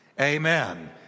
Amen